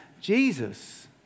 Jesus